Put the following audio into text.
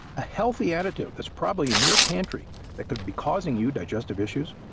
a healthy additive that's probably in your pantry that could be causing you digestive issues,